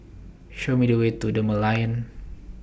Show Me The Way to The Merlion